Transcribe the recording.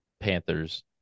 Panthers